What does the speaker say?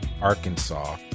Arkansas